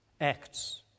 acts